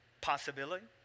Possibility